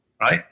Right